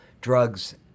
drugs